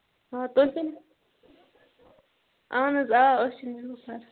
آ تُہۍ کٕم اَہن حظ آ أسۍ چھِ نِلوفر